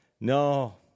No